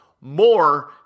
more